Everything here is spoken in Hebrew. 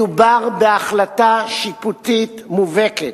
מדובר בהחלטה שיפוטית מובהקת,